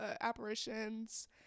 apparitions